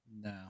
No